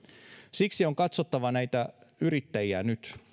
siksi on katsottava näitä yrittäjiä nyt